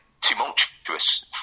tumultuous